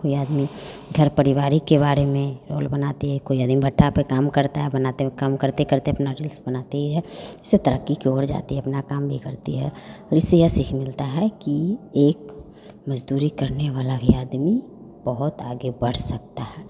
कोई आदमी घर पारिवारिक के बारे में रील्स बनाती है कोई यह दिन भट्ठा पर काम करता है बनाते वक़्त काम करते करते अपना रील्स बनाती है इससे तरक्की की ओर जाती है अपना काम भी करती है और इससे यह सीख मिलता है कि एक मज़दूरी करने वाला भी आदमी बहुत आगे बढ़ सकता है